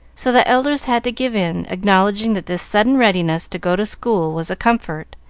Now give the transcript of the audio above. so the elders had to give in, acknowledging that this sudden readiness to go to school was a comfort,